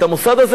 את המוסד הזה,